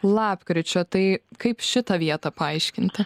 lapkričio tai kaip šitą vietą paaiškinti